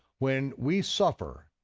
when we suffer